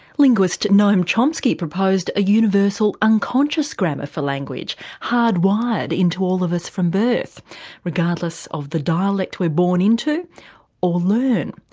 linguist noam chomsky proposed a universal, unconscious, grammar for language, hardwired into all of us from birth regardless of the dialect we're born into or learn.